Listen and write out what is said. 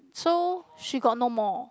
so she got no more